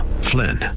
Flynn